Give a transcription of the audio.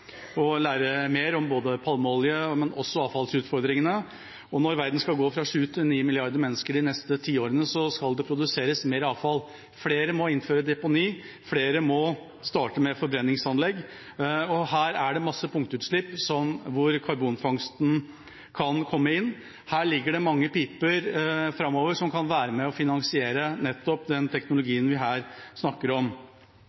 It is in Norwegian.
og lære mer om både palmeolje- og avfallsutfordringene. Når verden går fra 7 til 9 milliarder mennesker de neste tiårene, vil det produseres mer avfall. Flere må innføre deponi. Flere må starte med forbrenningsanlegg. Her er det masse punktutslipp hvor karbonfangsten kan komme inn. Her ligger det mange piper framover som kan være med og finansiere nettopp den